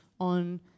on